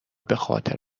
بخاطر